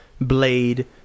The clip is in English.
Blade